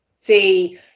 see